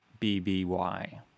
bby